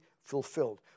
fulfilled